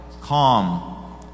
calm